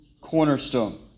cornerstone